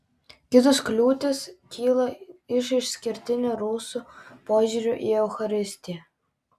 kitos kliūtis kyla iš išskirtinio rusų požiūrio į eucharistiją